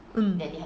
hmm